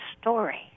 story